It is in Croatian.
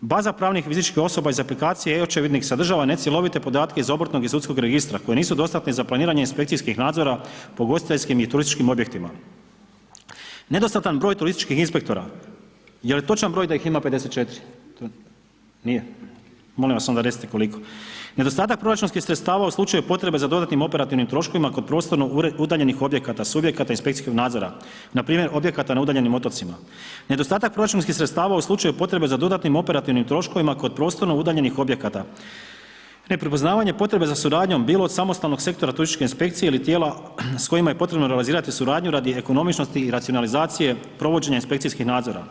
baza pravnih i fizičkih osoba iz aplikacije e-očevidnik sadržava necjelovite podatke iz obrtnog i sudskog registra koji nisu dostatni za planiranje inspekcijskih nadzora po ugostiteljskim i turističkim objektima, nedostatan broj turističkih inspektora, je li točan broj da ih ima 54, nije, molim vas onda recite koliko, nedostatak proračunskih sredstava u slučaju potrebe za dodatnim operativnim troškovima kod prostorno udaljenih objekata, subjekata inspekcijskog nadzora npr. objekata na udaljenim otocima, nedostatak proračunskih sredstava u slučaju potrebe za dodatnim operativnim troškovima kod prostorno udaljenih objekata, neprepoznavanje potrebe za suradnjom bilo od samostalnog sektora turističke inspekcije ili tijela s kojima je potrebno realizirati suradnju radi ekonomičnosti i racionalizacije provođenja inspekcijskih nadzora.